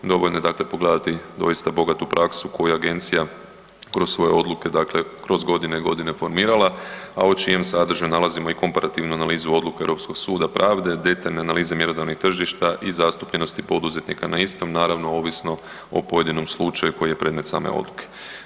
Dovoljno je, dakle pogledati doista bogatu praksu koju Agencija kroz svoje odluke, dakle kroz godine i godine formirala, a u čijem sadržaju nalazimo i komparativnu analizu odluka Europskog suda pravde, detaljne analize mjerodavnih tržišta i zastupljenosti poduzetnika na istom, naravno ovisno o pojedinom slučaju koji je predmet same odluke.